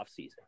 offseason